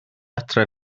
adre